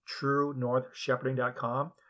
truenorthshepherding.com